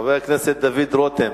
חבר הכנסת דוד רותם